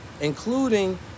including